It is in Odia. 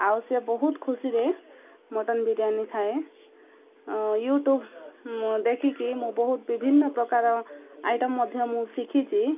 ଆଉ ସେ ବହୁତ ଖୁସିରେ ମଟନ ବିରିୟାନୀ ଖାଏ ୟୁ ଟ୍ୟୁବ୍ ଦେଖିକି ମୁଁ ବହୁତ ବିଭିନ୍ନ ପ୍ରକାର ଆଇଟମ୍ ମଧ୍ୟ ମୁଁ ଶିଖିଛି